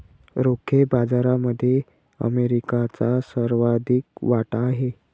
रोखे बाजारामध्ये अमेरिकेचा सर्वाधिक वाटा आहे